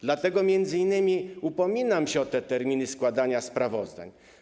Dlatego m.in. upominam się o terminy składania sprawozdań.